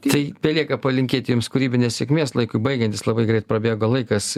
tai belieka palinkėti jums kūrybinės sėkmės laikui baigiantis labai greit prabėgo laikas